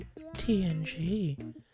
TNG